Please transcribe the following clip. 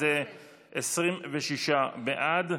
אז 26 בעד.